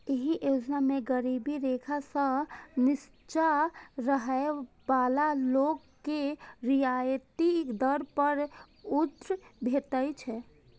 एहि योजना मे गरीबी रेखा सं निच्चा रहै बला लोक के रियायती दर पर अन्न भेटै छै